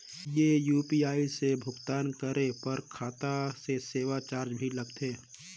ये यू.पी.आई से भुगतान करे पर खाता से सेवा चार्ज भी लगथे?